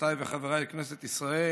חברותיי וחבריי לכנסת ישראל,